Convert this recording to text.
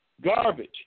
Garbage